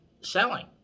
selling